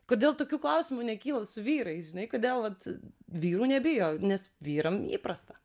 kodėl tokių klausimų nekyla su vyrais žinai kodėl vat vyrų nebijo nes vyram įprasta